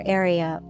area